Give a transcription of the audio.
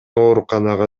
ооруканага